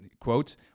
Quote